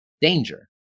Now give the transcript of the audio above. danger